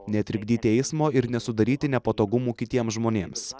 netrikdyti eismo ir nesudaryti nepatogumų kitiems žmonėms